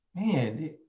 man